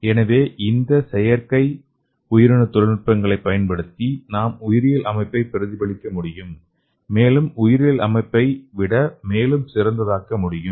எனவே இந்த செயற்கை உயிரணு தொழில்நுட்பங்களைப் பயன்படுத்தி நாம் உயிரியல் அமைப்பைப் பிரதிபலிக்க முடியும் மேலும் உயிரியல் அமைப்பை விட மேலும் சிறந்ததாக்க முடியும்